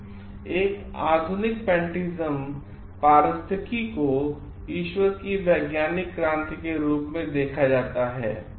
और एक आधुनिक पेंटिज्म पारिस्थितिकी को ईश्वर की वैज्ञानिक क्रांति के रूप में देखा जाता है